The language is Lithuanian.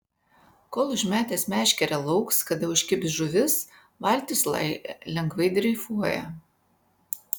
kol užmetęs meškerę lauks kada užkibs žuvis valtis lai lengvai dreifuoja